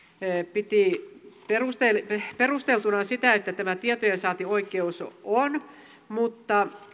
piti perusteltuna perusteltuna sitä että tämä tietojensaantioikeus on mutta